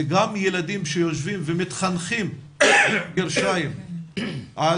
זה גם ילדים שיושבים ו"מתחנכים" על